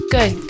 Good